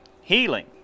healing